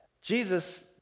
Jesus